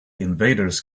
invaders